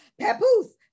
Papoose